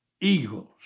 Eagles